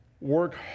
work